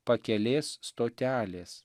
pakelės stotelės